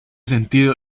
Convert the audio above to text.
sentido